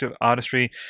artistry